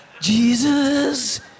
Jesus